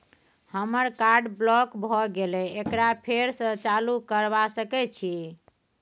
हमर card block भ गेले एकरा फेर स चालू करबा सके छि?